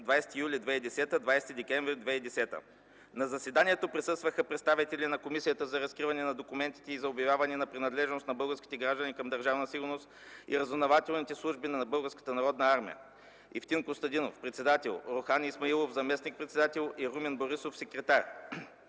20 юли – 20 декември 2010 г. На заседанието присъстваха представители на Комисията за разкриване на документите и за обявяване на принадлежност на български граждани към Държавна сигурност и разузнавателните служби на Българската народна армия: Евтим Костадинов – председател, Орхан Исмаилов – заместник-председател, и Румен Борисов – секретар.